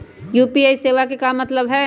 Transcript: UPI सेवा के का मतलब है?